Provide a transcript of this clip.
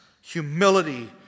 humility